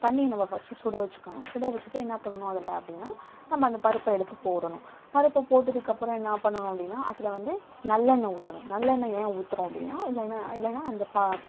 தண்ணியை நம்ம ஃபர்ஸ்ட்டு சுட வச்சுக்கணும் சுட வச்சுட்டு என்ன பண்ணணும் அதில் அப்படின்னா நம்ம அந்த பருப்பை எடுத்து போடணும் பருப்பை போட்டதுக்கப்புறம் என்ன பண்ணணும் அப்படின்னா அதில் வந்து நல்லெண்ணெய் ஊற்றணும் நல்லெண்ணெய் ஏன் ஊற்றுறோம் அப்படின்னா இல்லைன்னா இல்லைன்னா அந்த பா